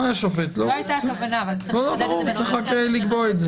צריך לקבוע את זה.